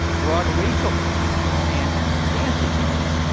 broad racial caricatures and dance sequences